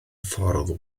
ffordd